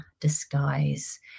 disguise